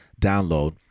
download